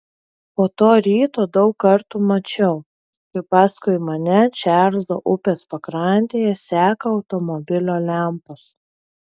po to ryto daug kartų mačiau kaip paskui mane čarlzo upės pakrantėje seka automobilio lempos